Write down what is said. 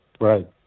Right